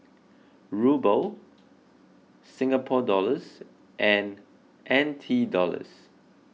Ruble Singapore Dollars and N T Dollars